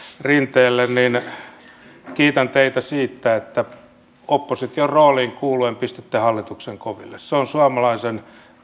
rinteelle että kiitän teitä siitä että opposition rooliin kuuluen pistätte hallituksen koville se on suomalaisen